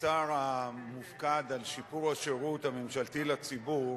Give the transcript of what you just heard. כשר המופקד על שיפור השירות הממשלתי לציבור